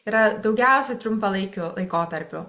yra daugiausiai trumpalaikiu laikotarpiu